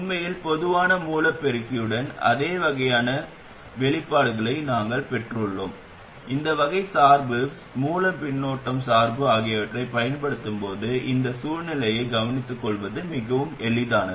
உண்மையில் பொதுவான மூலப் பெருக்கியுடன் அதே வகையான வெளிப்பாடுகளை நாங்கள் பெற்றுள்ளோம் இந்த வகை சார்பு மூல பின்னூட்டம் சார்பு ஆகியவற்றைப் பயன்படுத்தும்போது இந்த சூழ்நிலையை கவனித்துக்கொள்வது மிகவும் எளிதானது